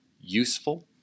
useful